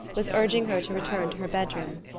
was urging her to return to her bedroom.